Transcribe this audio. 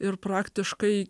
ir praktiškai